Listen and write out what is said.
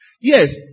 Yes